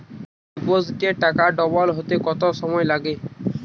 ডিপোজিটে টাকা ডবল হতে কত সময় লাগে?